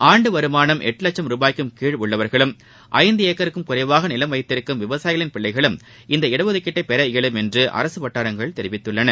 ஆண்டு வருமானம் எட்டு லட்சம் ரூபாய்க்கு கீழ் உள்ளவர்களும் ஐந்து ஏக்கருக்கும் குறைவாக நிலம் வைத்திருக்கும் விவசாயிகளின் பிள்ளைகள் இந்த இடஒதுக்கீட்டை பெற இயலும் என்று அரசு வட்டாரங்கள் தெரிவித்தன